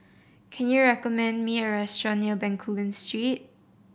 can you recommend me a restaurant near Bencoolen Street